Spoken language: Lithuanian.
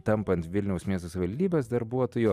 tampant vilniaus miesto savivaldybės darbuotoju